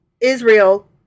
Israel